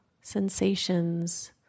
sensations